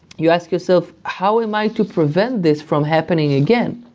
you ask yourself, how am i to prevent this from happening again?